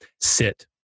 sit